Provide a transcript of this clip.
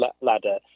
ladder